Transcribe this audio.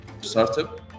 startup